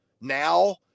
now